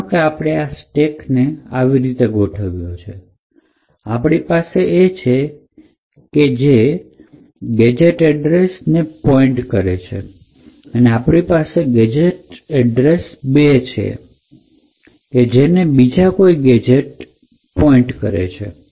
માનો કે આપણે આપણા સ્ટેક ને આ રીતે ગોઠવ્યો છે આપણી પાસે છે કે જે GadgetAddr ને પોઇન્ટ કરે છે અને આપણી પાસે ગેજેટ એડ્રેસ ૨ છે તે છે જે બીજા કોઈને ગેજેટને પોઇન્ટ કરે છે